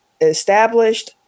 established